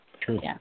True